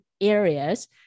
areas